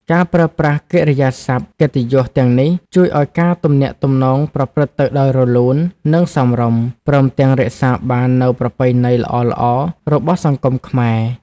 ការប្រើប្រាស់កិរិយាសព្ទកិត្តិយសទាំងនេះ ជួយឱ្យការទំនាក់ទំនងប្រព្រឹត្តទៅដោយរលូន និងសមរម្យ ព្រមទាំងរក្សាបាននូវប្រពៃណីល្អៗរបស់សង្គមខ្មែរ។